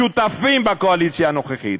שותפים בקואליציה הנוכחית.